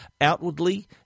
outwardly